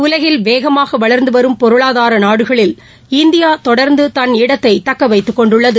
உலகில் வேகமாகவளர்ந்துவரும் பொருளாதாரநாடுகளில் இந்தியாதொடர்ந்துதன்னிடத்தைதக்கவைத்துகொண்டுள்ளது